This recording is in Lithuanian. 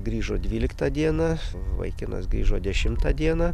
grįžo dvyliktą dieną vaikinas grįžo dešimtą dieną